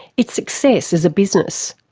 its success as a business?